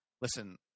listen